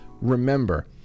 remember